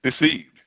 deceived